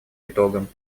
итогам